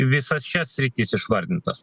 visas šias sritis išvardintas